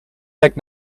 lekt